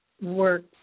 work